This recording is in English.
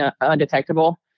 undetectable